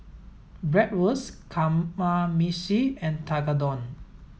Bratwurst Kamameshi and Tekkadon